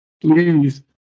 Please